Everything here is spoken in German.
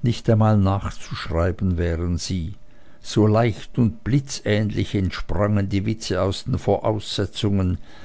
nicht einmal nachzuschreiben wären sie so leicht und blitzähnlich entsprangen die witze aus den voraussetzungen